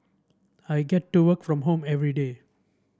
I get to work from home everyday